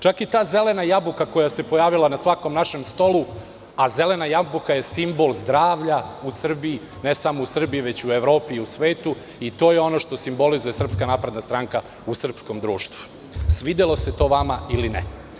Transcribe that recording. Čak i ta zelena jabuka koja se pojavila na svakom našem stolu, a zelena jabuka je simbol zdravlja u Srbiji, ne samo u Srbiji već u Evropi i u svetu, to je ono što simbolizuje SNS u srpskom društvu, svidelo se to vama ili ne.